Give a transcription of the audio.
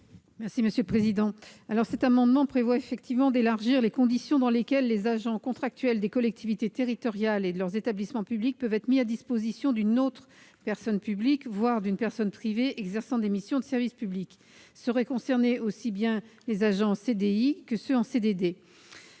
de la commission ? Cet amendement vise à élargir les conditions dans lesquelles les agents contractuels des collectivités territoriales et de leurs établissements publics peuvent être mis à disposition d'une autre personne publique, voire d'une personne privée exerçant des missions de service public. Seraient concernés aussi bien les agents en CDI que ceux en CDD.